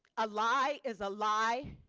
a lie is a lie.